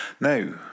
Now